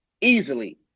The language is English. easily